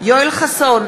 יואל חסון,